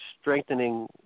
strengthening